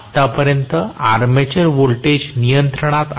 आतापर्यंत armature voltage नियंत्रणात आहे